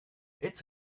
its